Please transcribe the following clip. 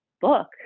book